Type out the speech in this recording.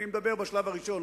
אני מדבר על השלב הראשון.